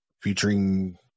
featuring